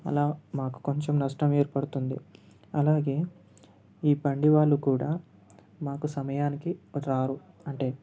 అలా మాకు కొంచెం నష్టం ఏర్పడుతుంది అలాగే ఈ బండివాళ్ళు కూడా మాకు సమయానికి రారు అంటే